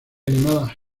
animada